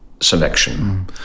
Selection